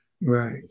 Right